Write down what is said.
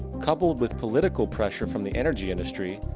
coupled with political pressure from the energy industry,